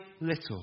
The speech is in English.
little